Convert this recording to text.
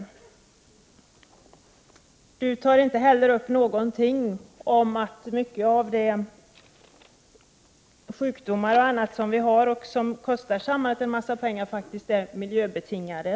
31 Daniel Tarschys säger inte heller någonting om att många av de sjukdomar och andra problem som vi har och som kostar samhället mycket pengar faktiskt är miljöbetingade.